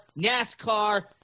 NASCAR